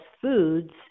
foods